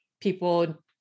people